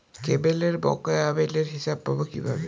কেবলের বকেয়া বিলের হিসাব পাব কিভাবে?